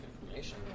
information